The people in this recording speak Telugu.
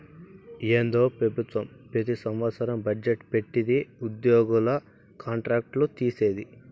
ఏందో పెబుత్వం పెతి సంవత్సరం బజ్జెట్ పెట్టిది ఉద్యోగుల కాంట్రాక్ట్ లు తీసేది